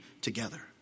together